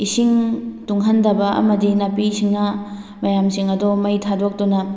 ꯏꯁꯤꯡ ꯇꯨꯡꯍꯟꯗꯕ ꯑꯃꯗꯤ ꯅꯥꯄꯤ ꯁꯤꯡꯅꯥ ꯃꯌꯥꯝꯁꯤꯡ ꯑꯗꯨ ꯃꯩ ꯊꯥꯗꯣꯛꯇꯨꯅ